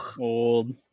old